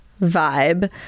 vibe